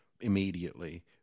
immediately